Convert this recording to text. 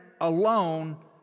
alone